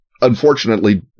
unfortunately